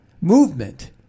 movement